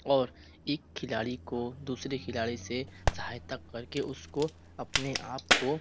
और एक खिलाड़ी को दूसरे खिलाड़ी से सहायता करके उसको अपने आप को